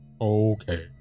Okay